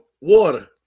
water